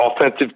offensive